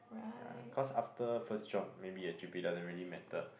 ya cause after first job maybe your G_P_A doesn't really matter